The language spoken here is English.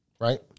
right